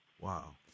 Wow